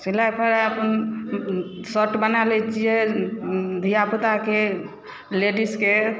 सिलाइ फराइ अपन शर्ट बना लै छियै धिया पूता के लेडीज के